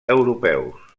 europeus